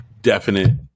Definite